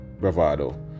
bravado